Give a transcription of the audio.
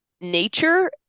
nature